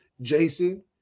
Jason